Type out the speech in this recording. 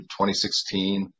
2016